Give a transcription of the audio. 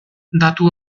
datu